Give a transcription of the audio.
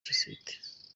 sosiyete